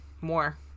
more